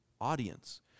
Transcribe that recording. audience